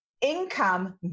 income